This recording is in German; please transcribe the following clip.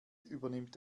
übernimmt